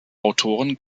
autoren